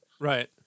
right